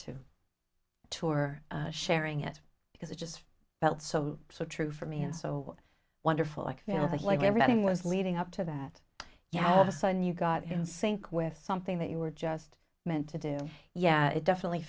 to tour sharing it because it just felt so so true for me and so wonderful like you know like everything was leading up to that you have a sign you got it and sync with something that you were just meant to do yeah it definitely